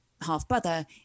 half-brother